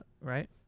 Right